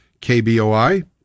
KBOI